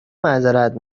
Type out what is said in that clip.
معذرت